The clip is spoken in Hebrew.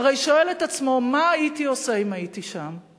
הרי שואל את עצמו: מה הייתי עושה אם הייתי שם?